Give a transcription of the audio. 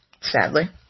sadly